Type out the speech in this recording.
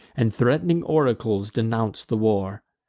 and threat'ning oracles denounce the war.